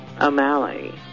O'Malley